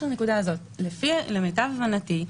למיטב הבנתי,